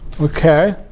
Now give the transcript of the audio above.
okay